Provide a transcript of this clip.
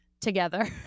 together